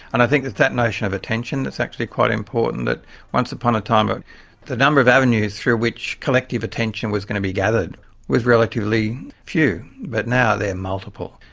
and i think it's that notion of attention that's actually quite important that once upon a time ah the number of avenues through which collective attention was going to be gathered was relatively few. but now they're multiple.